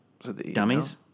Dummies